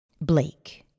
Blake